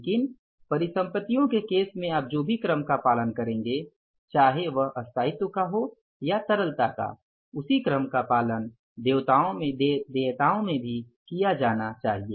लेकिन परिसंपत्तियों के केस में आप जो भी क्रम का पालन करेंगे चाहे वह स्थायित्व का हो या तरलता का उसी क्रम का पालन देयताओं में भी किया जाना चाहिए